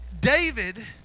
David